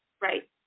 Right